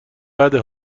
بده